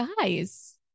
guys